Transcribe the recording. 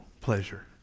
pleasure